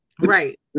Right